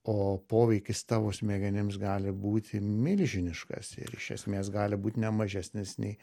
o poveikis tavo smegenims gali būti milžiniškas ir iš esmės gali būt ne mažesnis nei